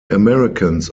americans